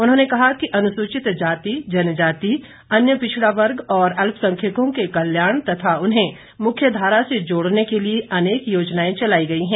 उन्होंने कहा कि अनुसूचित जाति जनजाति अन्य पिछड़ा वर्ग और अल्पसंख्यकों के कल्याण तथा उन्हें मुख्य धारा से जोड़ने के लिए अनेक योजनाएं चलाई गई हैं